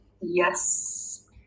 yes